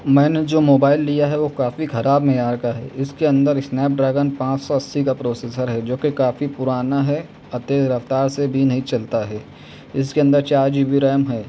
میں نے جو موبائل لیا ہے وہ کافی خراب معیار کا ہے اس کے اندر اسنیپ ڈریگن پانچ سو اسی کا پروسیسر ہے جو کہ کافی پرانا ہے اور تیز رفتار سے بھی نہیں چلتا ہے اس کے اندر چار جی بی ریم ہے